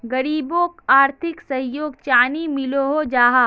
गरीबोक आर्थिक सहयोग चानी मिलोहो जाहा?